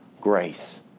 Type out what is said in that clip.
Grace